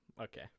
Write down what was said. Okay